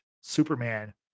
superman